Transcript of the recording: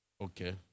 Okay